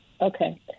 Okay